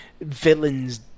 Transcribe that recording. villains